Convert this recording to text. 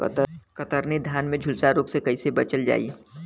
कतरनी धान में झुलसा रोग से कइसे बचल जाई?